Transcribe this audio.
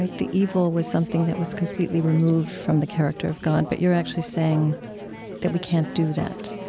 the evil was something that was completely removed from the character of god, but you're actually saying that we can't do that